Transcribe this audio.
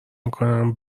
میکنم